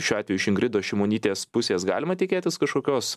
šiuo atveju iš ingridos šimonytės pusės galima tikėtis kažkokios